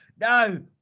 No